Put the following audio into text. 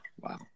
wow